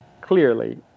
clearly